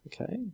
okay